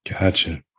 Gotcha